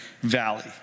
valley